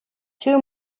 two